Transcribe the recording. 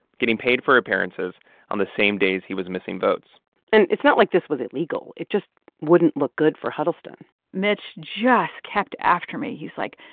getting paid for appearances on the same days he was missing votes and it's not like this was illegal. it just wouldn't look good for huddleston mitch just kept after me. he's, like,